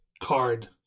card